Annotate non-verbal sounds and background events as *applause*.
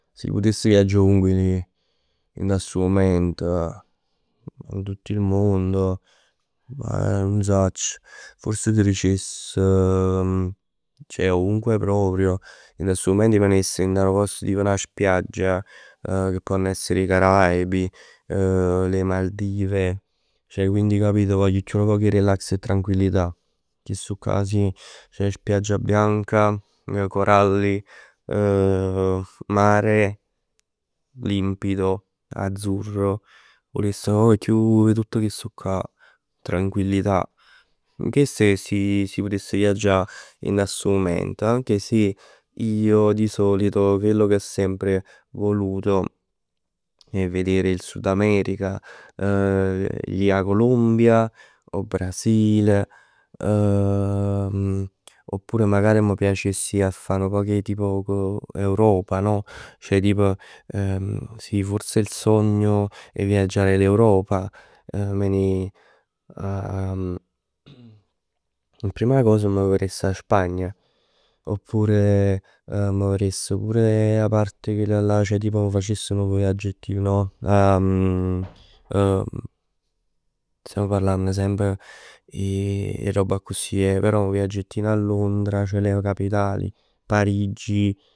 Si putess viaggià ovunque dint 'a stu mument. In tutto il mondo, *hesitation* che ne sacc. Fors t' dicess. Ceh ovunque proprio, dint 'a stu mument ij me ne jess tip 'a 'na spiaggia. *hesitation* Che ponn essere 'e Caraibi, *hesitation* le Maldive. *hesitation* Ceh quindi capito, voglio chiù nu poc 'e relax e tranquillità. Chistuccà sì. Spiaggia bianca, coralli, *hesitation* mare, limpido, azzurro. Vuless nu poc chiù 'e tutt chest'ccà. Tranquillità. Chest è si, si putess viaggià dint 'a stu mument. Anche se io di solito quello ho sempre voluto è vedere il Sud America, *hesitation* vogl ji 'a Colombia, 'o Brasile. *hesitation* Oppure magari m' piacess 'e ji a fa nu poc 'e Europa no? Si forse il sogno è viaggiare in Europa. 'E me ne ji. Prima cosa m' veress 'a Spagna, oppure *hesitation* m' veress pur 'a parte chella'llà. Ceh tipo m' facess nu viaggettino tipo *hesitation* stamm parlann semp 'e roba accusì, però nu viaggettino a Londra, ceh le capitali. Parigi.